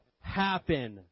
happen